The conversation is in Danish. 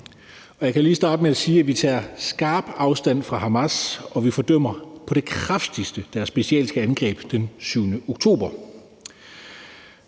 Jeg kan lige starte med at sige, at vi tager skarp afstand fra Hamas, og vi fordømmer på det kraftigste deres bestialske angreb den 7. oktober